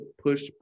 push